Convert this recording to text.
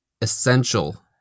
Essential